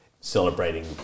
celebrating